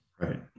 Right